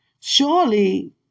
Surely